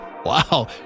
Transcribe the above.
Wow